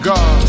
God